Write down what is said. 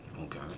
Okay